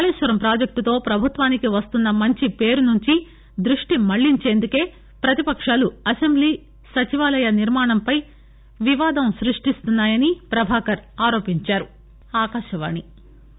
కాళేశ్వరం ప్రాజెక్టుతో ప్రభుత్వానికి వస్తున్న మంచిపేరు నుంచి దృష్టి మళ్లించడానికి ప్రతిపకాలు అసెంబ్లీ సచివాలయ నిర్మాణాలపై వివాదం సృష్టిస్తున్నాయని ప్రభాకర్ ఆరోపించారు